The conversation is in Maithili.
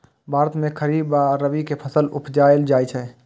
भारत मे खरीफ आ रबी के फसल उपजाएल जाइ छै